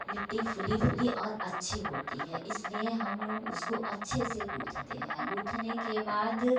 लिट्टी फुल्ली फुल्ली और अच्छी होती है इसलिए हम लोग उसको अच्छे से गूँथते हैं गूँथने के बाद